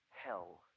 Hell